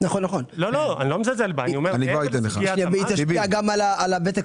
אני לא מזלזל בה --- זה משפיע גם על הוותק?